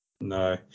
No